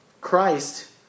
Christ